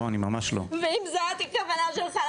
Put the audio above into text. ואם זאת הייתה הכוונה שלך,